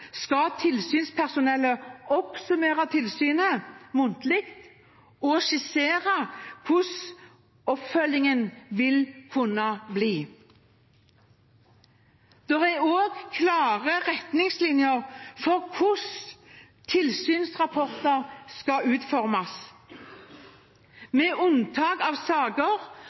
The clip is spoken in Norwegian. skal tilsynspersonellet oppsummere tilsynet muntlig og skissere hvordan oppfølgingen vil kunne bli. Det er også klare retningslinjer for hvordan tilsynsrapporter skal utformes. Med unntak av